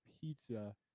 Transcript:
pizza